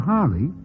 Harley